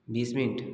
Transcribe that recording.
बीस मिन्ट